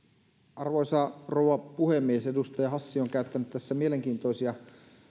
arvoisa rouva puhemies edustaja hassi on käyttänyt tässä mielenkiintoisia